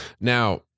now